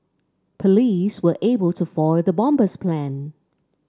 police were able to foil the bomber's plan